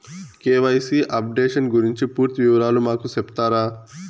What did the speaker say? KYC updation గురించి పూర్తి వివరాలు మాకు సెప్తారా?